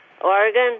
Oregon